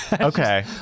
Okay